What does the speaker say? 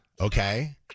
okay